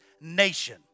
nation